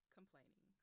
complaining